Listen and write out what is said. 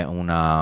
una